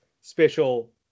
special